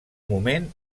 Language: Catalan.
moment